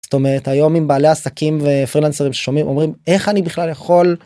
זאת אומרת, היום אם בעלי עסקים ופרילנסרים ששומעים אומרים, איך אני בכלל יכול